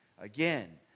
Again